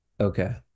Okay